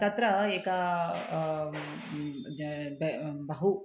तत्र एका ब बहु